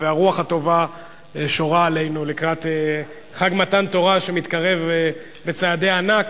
הרוח הטובה שורה עלינו לקראת חג מתן תורה שמתקרב בצעדי ענק,